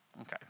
Okay